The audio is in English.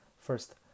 first